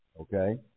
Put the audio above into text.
Okay